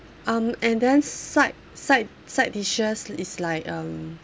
um and then side side side dishes is like um